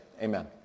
amen